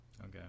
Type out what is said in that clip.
okay